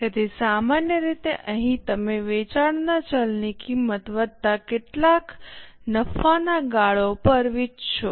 તેથી સામાન્ય રીતે અહીં તમે વેચાણના ચલ કિંમત વત્તા કેટલાક નફાના ગાળો પર વેચશો